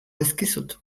dizkizut